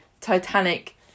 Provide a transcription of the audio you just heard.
Titanic